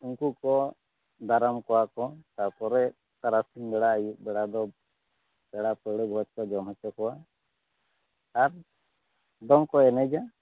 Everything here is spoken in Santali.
ᱩᱱᱠᱩ ᱠᱚ ᱫᱟᱨᱟᱢ ᱠᱚᱣᱟ ᱠᱚ ᱛᱟᱯᱚᱨᱮ ᱛᱟᱨᱟᱥᱤᱧ ᱵᱮᱲᱟ ᱟᱹᱭᱩᱵ ᱵᱮᱲᱟ ᱫᱚ ᱯᱮᱲᱟ ᱯᱟᱹᱲᱦᱟᱹ ᱵᱷᱚᱡᱽ ᱠᱚ ᱡᱚᱢ ᱦᱚᱪᱚ ᱠᱚᱣᱟ ᱟᱨ ᱫᱚᱝ ᱠᱚ ᱮᱱᱮᱡᱟ